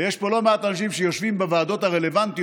ויש פה לא מעט אנשים שיושבים בוועדות הרלוונטיות,